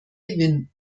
gewinn